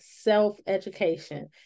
self-education